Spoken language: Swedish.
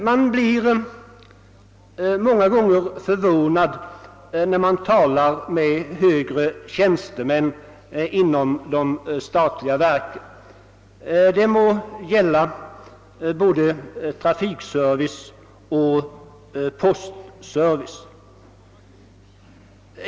Man blir många gånger förvånad när man talar med högre tjänstemän inom de statliga verken — det må gälla både trafikservice och postservice.